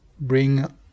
bring